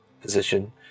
position